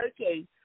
Okay